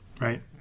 right